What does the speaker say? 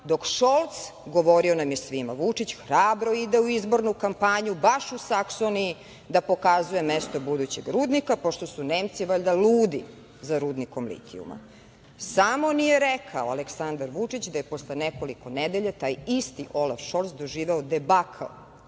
dok Šolc, govorio nam je svima Vučić, hrabro ide u izbornu kampanju baš u Saksoniji da pokazuje mesto budućeg rudnika, pošto su Nemci, valjda, ludi za rudnikom litijuma. Samo nije rekao Aleksandar Vučić da je posle nekoliko nedelja taj isti Olaf Šolc doživeo debakl